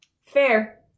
Fair